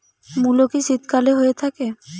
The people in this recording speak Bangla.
মূলো কি শীতকালে হয়ে থাকে?